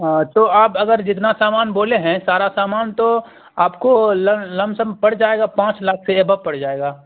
تو آپ اگر جتنا سامان بولے ہیں سارا سامان تو آپ کو لم سم پڑ جائے گا پانچ لاکھ سے ایبو پڑ جائے گا